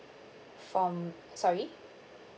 from sorry